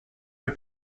for